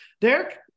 Derek